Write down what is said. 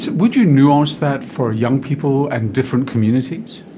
so would you nuance that for young people and different communities?